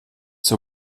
zur